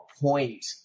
point